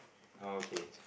oh okay